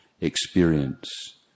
experience